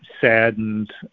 saddened